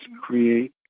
create